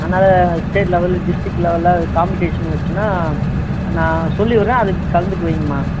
அதனால ஸ்டேட் லெவல்ல டிஸ்ட்ரிக் லெவல்ல காம்ப்படீசன் வந்துச்சுனா நான் சொல்லி விடுறேன் அதுக்கு கலந்துக்க வைங்கம்மா